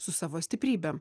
su savo stiprybėm